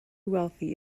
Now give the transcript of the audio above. wealthy